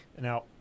Now